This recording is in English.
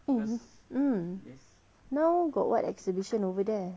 eh mm now got what exhibition over there